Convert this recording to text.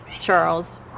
Charles